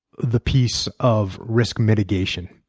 the piece of risk mitigation.